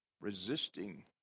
resisting